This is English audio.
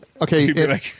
Okay